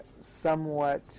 somewhat